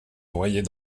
noyés